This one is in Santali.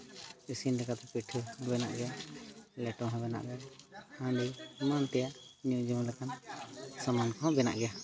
ᱤᱥᱤᱱ ᱞᱮᱠᱟᱛᱮ ᱯᱤᱴᱷᱟᱹ ᱵᱮᱱᱟᱜ ᱜᱮᱭᱟ ᱞᱮᱴᱚ ᱦᱚᱸ ᱵᱮᱱᱟᱜ ᱜᱮᱭᱟ ᱟᱨᱚ ᱮᱢᱟᱱ ᱛᱮᱭᱟᱜ ᱧᱩ ᱡᱚᱢ ᱞᱮᱠᱟᱱᱟᱜ ᱥᱟᱢᱟᱱ ᱠᱚᱦᱚᱸ ᱵᱮᱱᱟᱜ ᱜᱮᱭᱟ